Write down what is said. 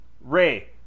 Ray